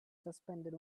suspended